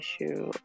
issue